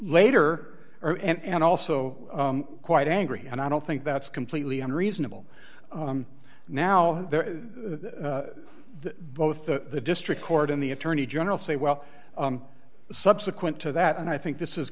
later and also quite angry and i don't think that's completely unreasonable now they're both the district court in the attorney general say well subsequent to that and i think this is